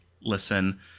listen